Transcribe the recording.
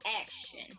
action